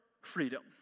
freedom